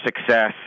success